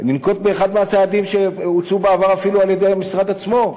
ננקוט אחד הצעדים שהוצעו בעבר אפילו על-ידי המשרד עצמו: